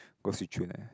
go Swee Choon ah